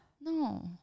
No